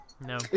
No